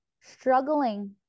struggling